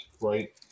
right